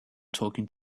talking